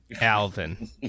Alvin